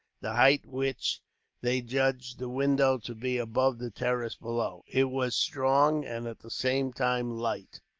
the height which they judged the window to be above the terrace below. it was strong, and at the same time light.